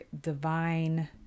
divine